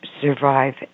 survive